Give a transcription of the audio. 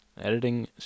Editing